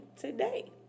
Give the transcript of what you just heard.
today